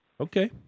Okay